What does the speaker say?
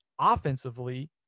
offensively